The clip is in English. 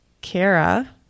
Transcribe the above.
Kara